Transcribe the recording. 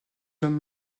nomme